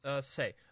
say